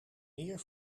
meer